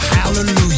Hallelujah